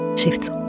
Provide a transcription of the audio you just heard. shifts